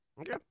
Okay